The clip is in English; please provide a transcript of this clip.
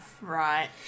Right